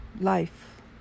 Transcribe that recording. life